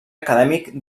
acadèmic